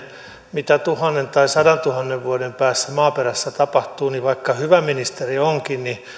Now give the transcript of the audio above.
mitä tuhannen tai sadantuhannen vuoden päästä maaperässä tapahtuu niin vaikka hyvä ministeri onkin niin